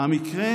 המקרה